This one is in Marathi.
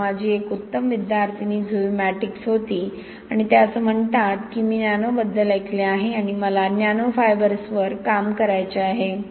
जेव्हा माझी एक उत्तम विद्यार्थिनी झुवी मॅटॅक्स होती आणि त्या असे म्हणतात की मी नॅनोबद्दल ऐकले आहे आणि मला नॅनो फायबर्सवर काम करायचे आहे